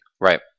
Right